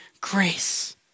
grace